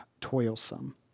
toilsome